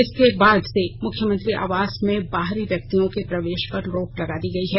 इसके बाद से मुख्यमंत्री आवास में बाहरी व्यक्तियों के प्रवेश पर रोक लगा दी गई है